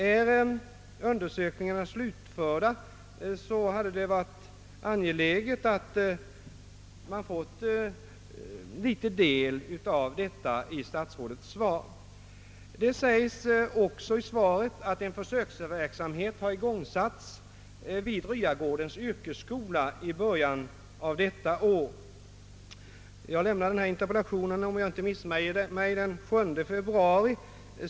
Om undersökningarna är slutförda, så hade det varit angeläget att man fått del av undersökningarnas resultat i statsrådets svar. Det sägs också i svaret att en försöksverksamhet har igångsatts vid Ryagårdens yrkesskola i början av detta år. Jag framställde interpellationen, om jag inte missminner mig, den 7 februari.